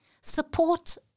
Support